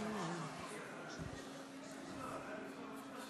חבר הכנסת המציע יוסף ג'בארין,